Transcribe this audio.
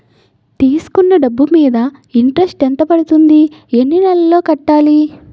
తీసుకున్న డబ్బు మీద ఇంట్రెస్ట్ ఎంత పడుతుంది? ఎన్ని నెలలో కట్టాలి?